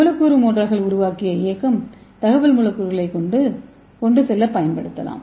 மூலக்கூறு மோட்டார்கள் உருவாக்கிய இயக்கம் தகவல் மூலக்கூறுகளை கொண்டு செல்ல பயன்படுத்தலாம்